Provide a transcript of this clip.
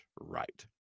right